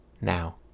Now